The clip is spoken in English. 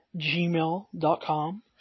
gmail.com